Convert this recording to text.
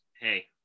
Hey